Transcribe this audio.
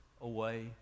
away